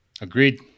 Agreed